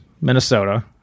minnesota